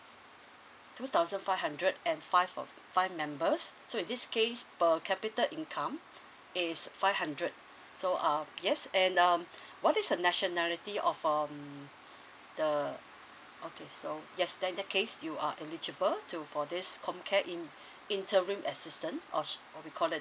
two thousand five hundred and five of five members so in this case per capita income it's five hundred so uh yes and um what is the nationality of um the okay so yes then in that case you are eligible to for this comcare in~ interim assistance or sh~ what we call that